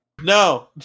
No